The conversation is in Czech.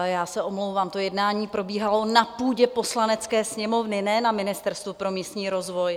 Já se omlouvám to jednání probíhalo na půdě Poslanecké sněmovny, ne na Ministerstvu pro místní rozvoj.